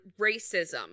racism